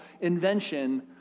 invention